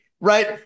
right